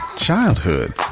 Childhood